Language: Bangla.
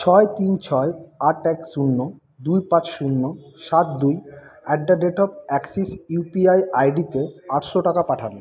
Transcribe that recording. ছয় তিন ছয় আট এক শুন্য দুই পাঁচ শুন্য সাত দুই at the rate of Axis U P I আইডিতে আটশো টাকা পাঠান